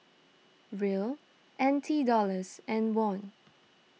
Riel N T Dollars and Won